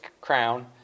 crown